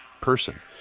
person